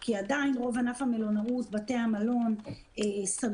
כי עדיין רוב ענף המלונאות ובתי המלון סגור.